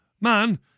Man